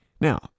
Now